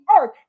earth